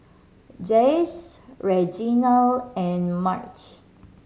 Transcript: Jase Reginald and Marge